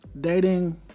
Dating